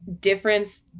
difference